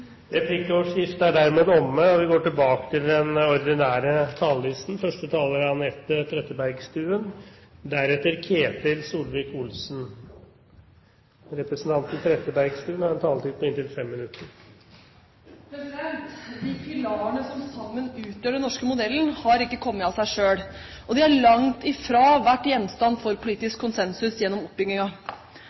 Replikkordskiftet er dermed omme. De pilarene som sammen utgjør den norske modellen, har ikke kommet av seg selv, og de har langt ifra vært gjenstand for politisk konsensus gjennom